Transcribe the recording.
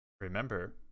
remember